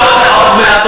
אתה אומר "עוד מעט,